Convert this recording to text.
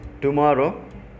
Tomorrow